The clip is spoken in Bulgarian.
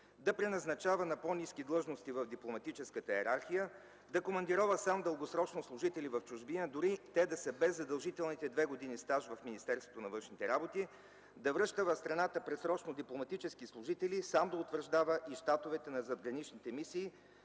да преназначава на по-ниски длъжности в дипломатическата йерархия; да командирова сам дългосрочно служители в чужбина, дори и те да са без задължителните две години стаж в Министерството на външните работи; да връща в страната предсрочно дипломатически служители и сам да утвърждава и щатовете на задграничните мисии;